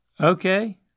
Okay